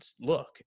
look